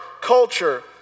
culture